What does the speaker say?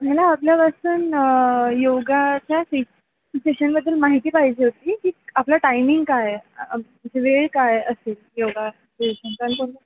मला आपल्यापासून योगाच्या सिचुएशनबद्दल माहिती पाहिजे होती की आपला टायमिंग काय आहे वेळ काय असेल योगा सेशन पण को